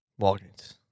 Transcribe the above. Walgreens